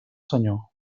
senyor